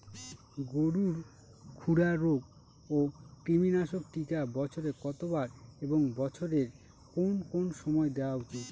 গরুর খুরা রোগ ও কৃমিনাশক টিকা বছরে কতবার এবং বছরের কোন কোন সময় দেওয়া উচিৎ?